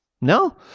No